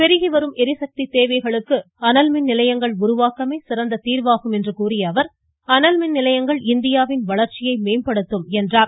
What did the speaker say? பெருகி வரும் ளிசக்தி தேவைகளுக்கு அனல் மின் நிலையங்கள் உருவாக்கமே சிறந்த தீாவாகும் என்று கூறிய அவர் அனல்மின் நிலையங்கள் இந்தியாவின் வளர்ச்சியை மேம்படுத்தும் என்றார்